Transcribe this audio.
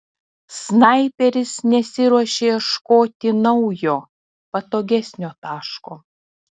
snaiperis nesiruošė ieškoti naujo patogesnio taško